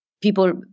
people